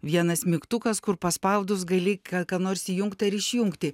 vienas mygtukas kur paspaudus gali ką ką nors įjungt ar išjungti